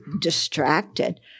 distracted